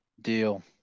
Deal